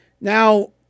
now